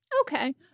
okay